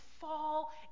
fall